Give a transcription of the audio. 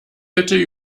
bitte